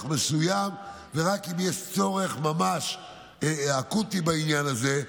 מסוים ורק אם יש צורך ממש אקוטי בעניין הזה,